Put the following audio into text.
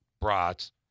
brats